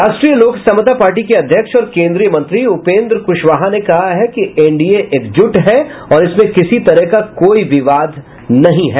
राष्ट्रीय लोक समता पार्टी के अध्यक्ष और केन्द्रीय मंत्री उपेन्द्र क्शवाहा ने कहा है कि एनडीए एकजूट है और इसमें किसी तरह का कोई विवाद नहीं है